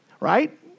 Right